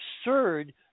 absurd